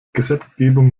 gesetzgebung